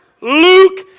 Luke